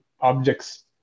objects